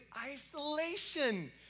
isolation